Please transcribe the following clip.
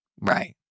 Right